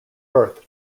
birth